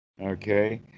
Okay